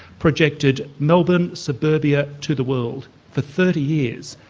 projected melbourne suburbia to the world for thirty years,